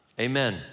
amen